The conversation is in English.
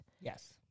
Yes